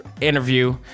interview